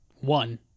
one